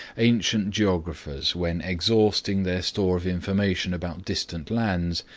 ancient geographers, when exhausting their store of information about distant lands,